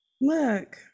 look